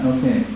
Okay